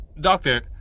Doctor